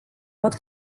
pot